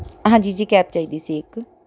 ਹਾਂਜੀ ਜੀ ਕੈਬ ਚਾਹੀਦੀ ਸੀ ਇੱਕ